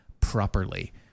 properly